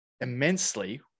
immensely